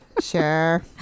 sure